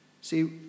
See